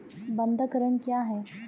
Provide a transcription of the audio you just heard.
बंधक ऋण क्या है?